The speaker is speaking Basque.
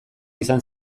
izan